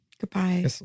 Goodbye